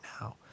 now